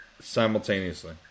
simultaneously